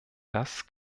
das